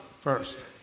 first